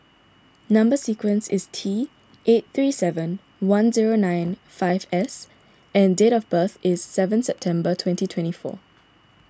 Number Sequence is T eight three seven one zero nine five S and date of birth is seven September twenty twenty four